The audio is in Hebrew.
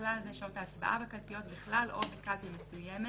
ובכלל זה שעות ההצבעה בקלפיות בכלל או בקלפי מסוימת,